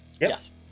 Yes